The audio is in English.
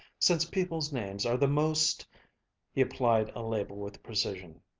since people's names are the most he applied a label with precision.